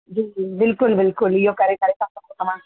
जी जी बिल्कुलु बिल्कुलु इहो करे करे था सघो हा